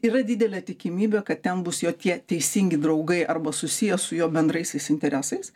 yra didelė tikimybė kad ten bus jo tie teisingi draugai arba susiję su jo bendraisiais interesais